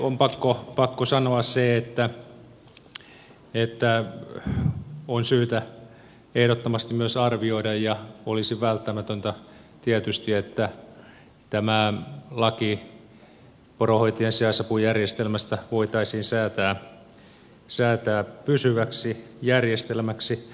on pakko sanoa se että on syytä ehdottomasti arvioida ja olisi välttämätöntä tietysti että laki poronhoitajien sijaisapujärjestelmästä voitaisiin säätää pysyväksi järjestelmäksi